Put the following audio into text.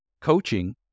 coaching